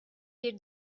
bir